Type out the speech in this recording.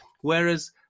whereas